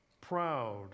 proud